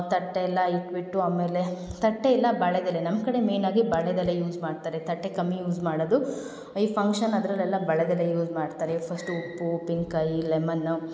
ತಟ್ಟೆ ಎಲ್ಲ ಇಟ್ಟುಬಿಟ್ಟು ಆಮೇಲೆ ತಟ್ಟೆ ಇಲ್ಲ ಬಾಳೆ ಎಲೆ ನಮ್ಮ ಕಡೆ ಮೇನಾಗಿ ಬಾಳೆ ಎಲೆ ಯೂಸ್ ಮಾಡ್ತಾರೆ ತಟ್ಟೆ ಕಮ್ಮಿ ಯೂಸ್ ಮಾಡೋದು ಈ ಫಂಕ್ಷನ್ ಅದರಲ್ಲೆಲ್ಲ ಬಾಳೆ ಎಲೆ ಯೂಸ್ ಮಾಡ್ತಾರೆ ಇವ್ಗ ಫಸ್ಟು ಉಪ್ಪು ಉಪ್ಪಿನಕಾಯಿ ಲೆಮನ್ನು